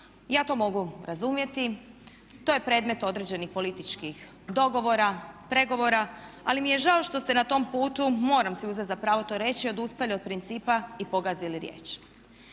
ja to mogu razumjeti, to je predmet određenih političkih dogovora, pregovora ali mi je žao što ste na tom putu, moram si uzeti za pravo to reći, odustali od principa i pogazili riječ.